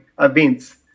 events